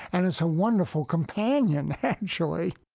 and it's a wonderful companion, actually